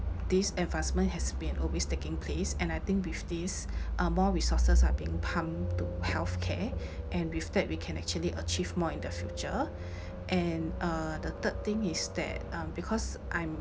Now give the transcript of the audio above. this advancement has been always taking place and I think with this uh more resources are being pumped to healthcare and with that we can actually achieve more in the future and uh the third thing is that um because I'm